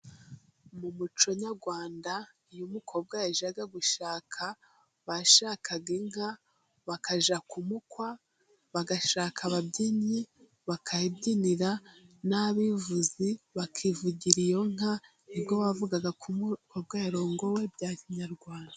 Mu muco nyarwanda iyo umukobwa yajyaga gushaka bashakaga inka bakajya kumukwa bagashaka ababyinnyi bakayibyinira n'abivuzi bakivugira iyo nka nibwo bavugaga ko umukobwa yarongowe bya Kinyarwanda.